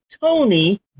Tony